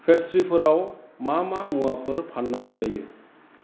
पेस्त्रिफोराव मा मा मुवाफोर फान्नाय जायो